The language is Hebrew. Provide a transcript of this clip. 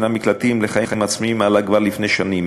המקלטים לחיים עצמאיים עלה כבר לפני שנים.